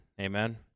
Amen